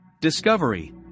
Discovery